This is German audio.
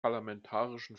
parlamentarischen